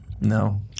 no